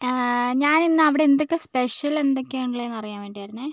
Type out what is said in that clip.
ഞാൻ ഇന്ന് അവിടെ എന്തൊക്കെ സ്പെഷ്യൽ എന്തൊക്കെയാണ് ഉള്ളതെന്ന് അറിയാൻ വേണ്ടിയായിരുന്നേ